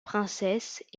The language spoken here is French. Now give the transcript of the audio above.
princesse